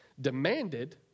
demanded